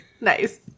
Nice